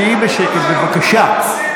תהיי בשקט, בבקשה.